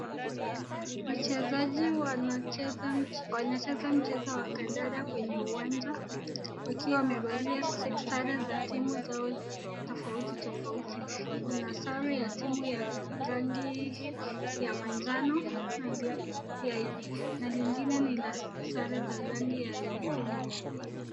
Wachezaji wanacheza mchezo wa kandanda kwenye uwanja wakiwa wamevalia sare za timu zao tofauti tofauti. Kuna sare ya timu ya rangi ya manjano na lingine ni la sare za rangi ya nyekundu.